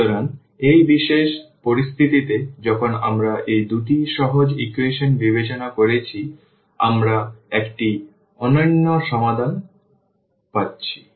সুতরাং এই বিশেষ পরিস্থিতিতে যখন আমরা এই দুটি সহজ ইকুয়েশন বিবেচনা করেছি আমরা একটি অনন্য সমাধান পাচ্ছি